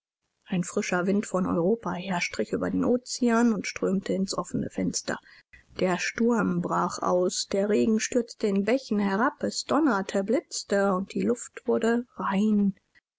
ein frischer wind von europa her strich über den ozean und strömte ins offene fenster der sturm brach aus der regen stürzte in bächen herab es donnerte blitzte und die luft wurde rein